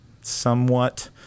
somewhat